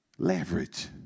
Leverage